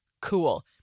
cool